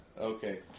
Okay